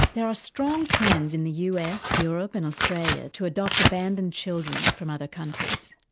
there are strong trends in the us, europe and australia to adopt abandoned children from other countries.